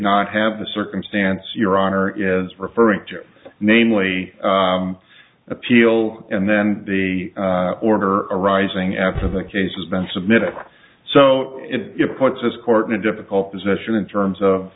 not have the circumstance your honor is referring to namely appeal and then the order arising after the case has been submitted so it puts this court in a difficult position in terms of